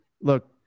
look